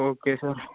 okay sir